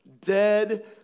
dead